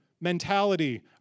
mentality